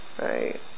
right